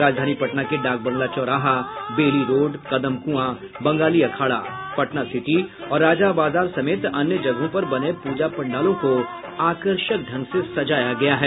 राजधानी पटना के डाकबंगला चौराहा Bailey road Kadam Kuan Bangali Akhara Patna city और राजाबाजार समेत अन्य जगहों पर बने पूजा पंडालों को आकर्षक ढंग से सजाया गया है